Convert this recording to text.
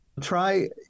Try